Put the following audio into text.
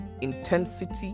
intensity